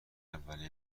اولین